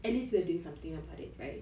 at least we are doing something about it right